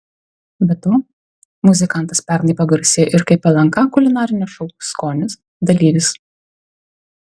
be to muzikantas pernai pagarsėjo ir kaip lnk kulinarinio šou skonis dalyvis